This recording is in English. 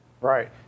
Right